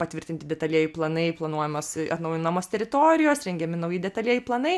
patvirtinti detalieji planai planuojamas atnaujinamos teritorijos rengiami nauji detalieji planai